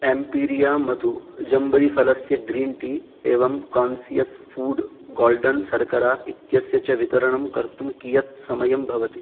एम्पीरिया मधुः जम्बीरफलस्य green tea एवं कान्सियस् फ़ूड् गोल्डन् शर्करा इत्यस्य च वितरणं कर्तुं कियत् समयं भवति